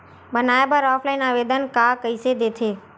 बनाये बर ऑफलाइन आवेदन का कइसे दे थे?